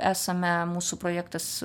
esame mūsų projektas